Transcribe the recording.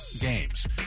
games